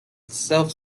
itself